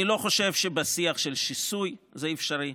אני לא חושב שבשיח של שיסוי זה אפשרי.